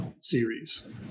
series